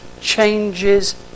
changes